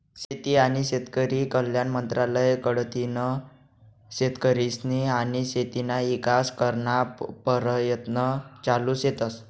शेती आनी शेतकरी कल्याण मंत्रालय कडथीन शेतकरीस्नी आनी शेतीना ईकास कराना परयत्न चालू शेतस